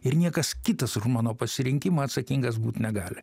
ir niekas kitas už mano pasirinkimą atsakingas būt negali